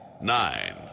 nine